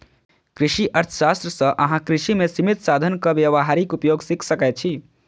कृषि अर्थशास्त्र सं अहां कृषि मे सीमित साधनक व्यावहारिक उपयोग सीख सकै छी